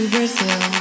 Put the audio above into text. Brazil